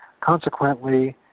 Consequently